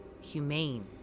humane